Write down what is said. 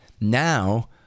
now